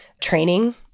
training